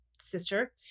sister